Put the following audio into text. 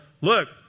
look